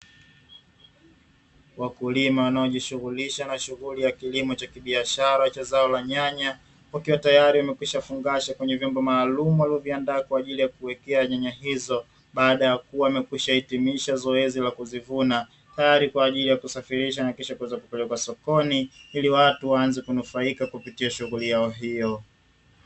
Wakulima wanaojishughulisha na shughuli ya kilimo cha kibiashara cha zao la nyanya, wakiwa tayari wamekwisha fungasha kwenye vyombo maalumu waloviandaa kwaajili ya kuwekea nyanya hizo, baada ya kuwa wamekwisha hitimisha zoezi la kuzivuna, tayari kwa ajili ya kusafirisha na kisha kuweza kupeleka, sokoni ili watu waanze kunufaika kupitia shughuli yao hiyo.